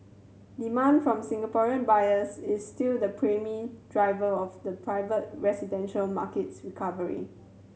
demand from Singaporean buyers is still the primary driver of the private residential market's recovery